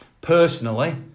Personally